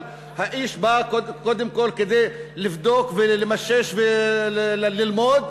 אבל האיש בא קודם כול כדי לבדוק ולמשש וללמוד,